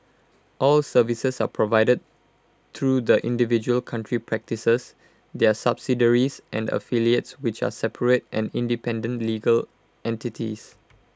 all services are provided through the individual country practices their subsidiaries and affiliates which are separate and independent legal entities